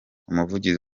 umuvugizi